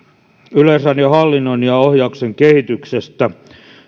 yleisradion hallinnon ja ohjauksen kehityksestä